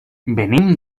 venim